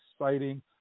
exciting